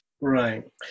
Right